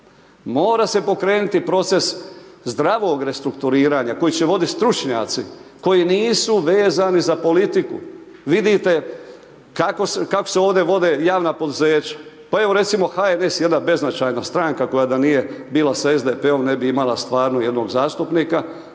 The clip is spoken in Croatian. mora se pokrenuti proces zdravog restrukturiranja koji će voditi stručnjaci koji nisu vezani za politiku. Vidite kako se ovdje vode javna poduzeća, pa evo, recimo, HNS jedna beznačajna stranka koja da nije bila s SDP-om ne bi imala stvarno jednog zastupnika,